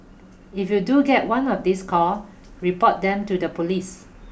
if you do get one of these call report them to the police